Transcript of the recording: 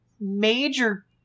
major